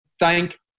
thank